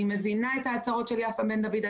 אני מבינה את ההצהרות של יפה בן דוד,